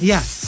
Yes